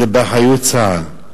זה נמצא באחריות צה"ל.